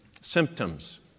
symptoms